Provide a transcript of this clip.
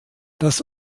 das